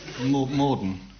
Morden